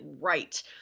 right